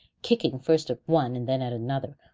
kicking first at one and then at another,